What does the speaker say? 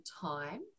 time